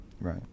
Right